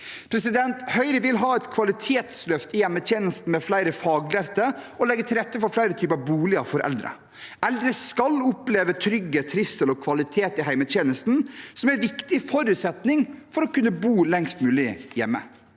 Høyre vil ha et kvalitetsløft i hjemmetjenesten, med flere faglærte, og legge til rette for flere typer boliger for eldre. Eldre skal oppleve trygghet, trivsel og kvalitet i hjemmetjenesten, som er en viktig forutsetning for å kunne bo lengst mulig hjemme.